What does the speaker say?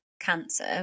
cancer